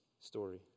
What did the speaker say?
story